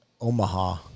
Omaha